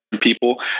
people